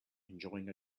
enjoying